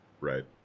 Right